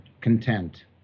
content